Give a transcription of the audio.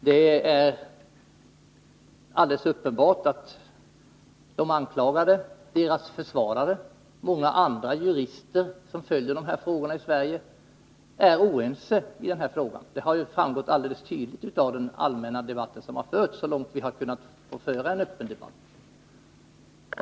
Det är uppenbart att de anklagade, deras försvarare och många andra jurister som följer de här frågorna i Sverige är oense i den frågan — det har tydligt framgått av den allmänna debatt som förts, så långt det nu har gått att föra en öppen debatt.